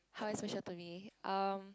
how he special to me um